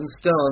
stone